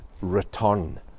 return